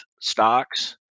stocks